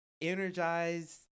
energized